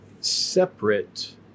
separate